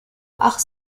ach